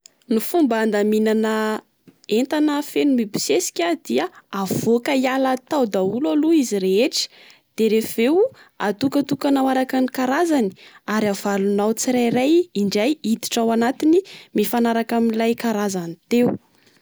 Ny fomba andaminana entana feno mibosesika dia: avoaka hiala tao daholo aloha izy rehetra. De rehefa avy eo atokatokanao araka ny karazany, ary avalonao tsirairay indray hiditra ao antiny mifanaraka amin'ilay karazany teo.